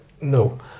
No